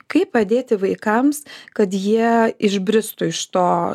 kaip padėti vaikams kad jie išbristų iš to